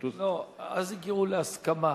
לא, אז הגיעו להסכמה